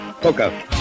Poker